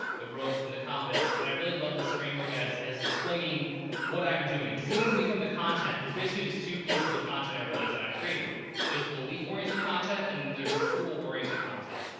the rope and the compass. and i really love this framework as, as explaining what i'm doing. because even when you come to content, there's basically just two pieces of content. i realized that i'm creating there's belief oriented content and there's tool oriented content.